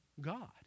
God